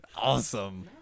Awesome